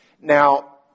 Now